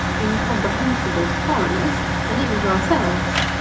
incomprehensible to foreigners, and even to ourselves,